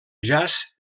jaç